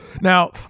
now